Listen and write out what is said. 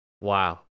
Wow